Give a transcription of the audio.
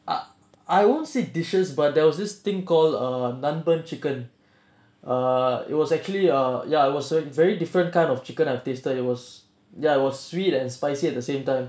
I I won't say dishes but there was this thing call uh nanban chicken err it was actually uh ya it was very very different kind of chicken I've tasted it was ya it was sweet and spicy at the same time